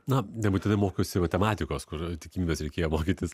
na nebūtinai mokiausi matematikos kur tikimybes reikėjo mokytis